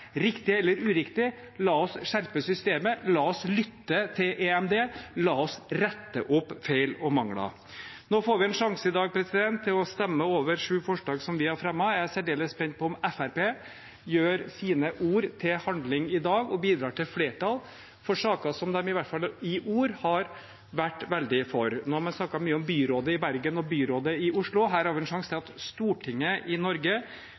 riktig eller uriktig – la oss skjerpe systemet, la oss lytte til EMD, og la oss rette opp feil og mangler. Nå får man en sjanse i dag til å stemme over sju forslag som vi har fremmet. Jeg er særdeles spent på om Fremskrittspartiet gjør sine ord til handling i dag og bidrar til flertall for saker som de iallfall i ord har vært veldig for. Nå har man snakket mye om byrådet i Bergen og byrådet i Oslo. Her har vi en sjanse til at Stortinget i Norge